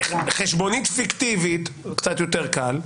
חשבונית פיקטיבית קצת יותר קל.